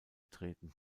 treten